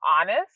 honest